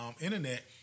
internet